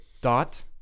Dot